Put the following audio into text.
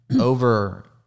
over